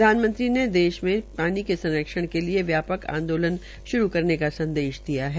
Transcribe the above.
प्रधानमंत्री ने देश भी में शानी के संरक्षण के लिये व्या क आंदोलन शुरू करने का संदेश दिया है